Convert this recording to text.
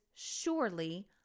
surely